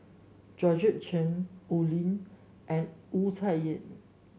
Georgette Chen Oi Lin and Wu Tsai Yen